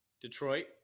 Detroit